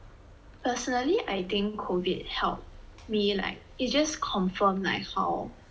personally I think COVID help me like it just confirm like how